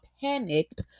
panicked